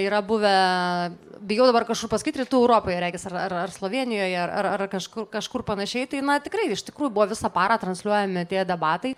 yra buvę bijau dabar kažkur pasakyt rytų europoje regis ar ar ar slovėnijoje ar ar kažkur kažkur panašiai tai na tikrai iš tikrųjų buvo visą parą transliuojami debatai